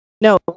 No